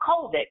COVID